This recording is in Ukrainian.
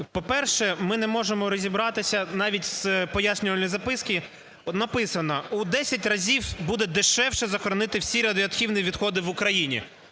По-перше, ми не можемо розібратися. Навіть в "Пояснювальній записці" написано: "У 10 разів буде дешевше захоронити всі радіоактивні відходи в Україні".